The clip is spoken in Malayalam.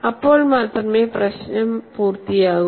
അപ്പോൾ മാത്രമേ പ്രശ്നം പൂർത്തിയാകൂ